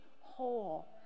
whole